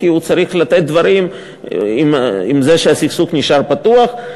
כי הוא צריך לתת דברים עם זה שהסכסוך נשאר פתוח.